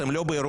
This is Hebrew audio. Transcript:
אתם לא באירוע.